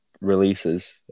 releases